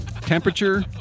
temperature